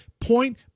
point